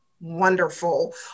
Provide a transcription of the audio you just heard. Wonderful